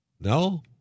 No